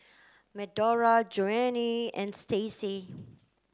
Medora Joanie and Stacie